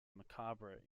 macabre